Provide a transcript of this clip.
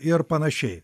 ir panašiai